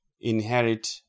inherit